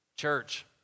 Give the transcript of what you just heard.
Church